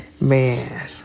man